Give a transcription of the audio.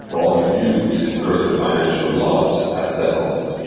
all you do is incur the financial loss at settlement,